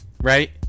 right